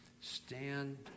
stand